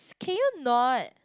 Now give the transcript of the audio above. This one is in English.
can you not